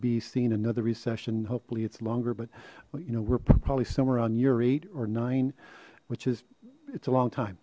be seeing another recession hopefully it's longer but you know we're probably some around eur eight or nine which is it's a long time